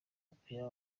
mupira